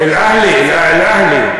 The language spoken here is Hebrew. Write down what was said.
"אלאהליה",